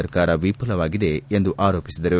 ಸರ್ಕಾರ ವಿಫಲವಾಗಿದೆ ಎಂದು ಆರೋಪಿಸಿದರು